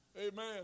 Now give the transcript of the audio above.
Amen